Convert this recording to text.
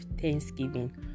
thanksgiving